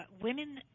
women